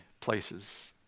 places